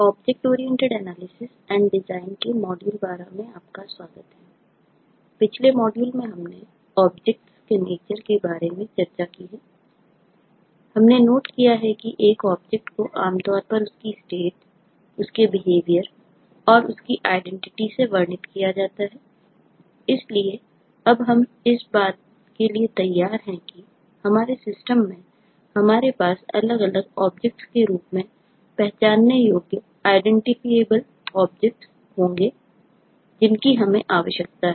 object oriented analysis and design के संदर्भ में हो सकती हैं